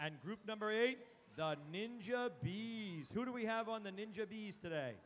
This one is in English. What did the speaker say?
and group number eight ninja bees who do we have on the ninja these today